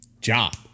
job